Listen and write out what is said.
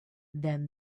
them